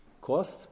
cost